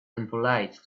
unpolite